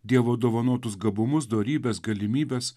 dievo dovanotus gabumus dorybes galimybes